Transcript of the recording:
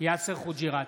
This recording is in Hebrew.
יאסר חוג'יראת,